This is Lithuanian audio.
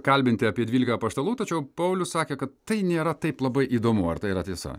kalbinti apie dvylika apaštalų tačiau paulius sakė kad tai nėra taip labai įdomu ar tai yra tiesa